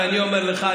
ואני אומר לך,